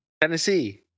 Tennessee